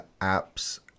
apps